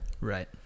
Right